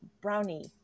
brownie